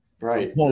right